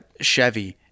Chevy